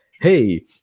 hey